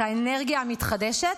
את האנרגיה המתחדשת,